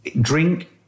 Drink